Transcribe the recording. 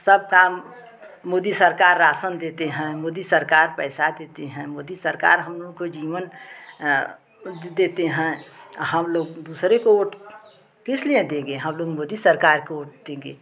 सब काम मोदी सरकार राशन देती है मोदी सरकार पैसा देती है मोदी सरकार हम लोग को जीवन देते हैं हम लोग दूसरों को वोट किस लिए देंगे हम लोग मोदी सरकार को वोट देंगे